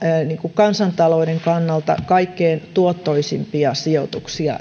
kansantalouden kannalta kaikkein tuottoisimpia sijoituksia